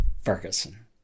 Ferguson